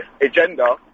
agenda